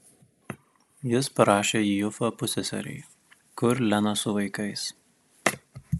jis parašė į ufą pusseserei kur lena su vaikais